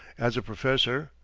as a professor,